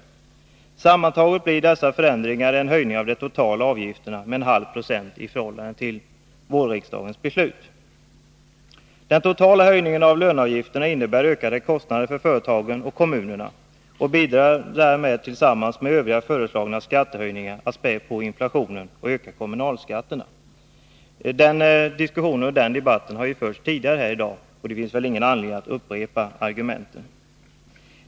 Sammantaget medför dessa förändringar en höjning av de totala avgifterna med en halv procent i förhållande till vårriksdagens beslut. Den totala höjningen av löneavgifterna innebär ökade kostnader för företagen och kommunerna och bidrar därmed tillsammans med de övriga föreslagna skattehöjningarna till att spä på inflationen och öka kommunalskatterna. Den debatten har förts tidigare här i dag, och det finns ingen anledning att upprepa argumenten.